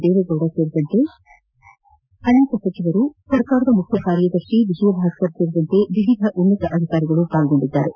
ದೇವೇಗೌಡ ಸೇರಿದಂತೆ ಅನೇಕ ಸಚಿವರು ಸರ್ಕಾರದ ಮುಖ್ಯ ಕಾರ್ಯದರ್ಶಿ ವಿಜಯ ಭಾಸ್ಕರ್ ಸೇರಿದಂತೆ ವಿವಿಧ ಉನ್ನತ ಅಧಿಕಾರಿಗಳು ಭಾಗವಹಿಸಿದ್ದಾರೆ